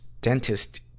dentist